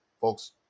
folks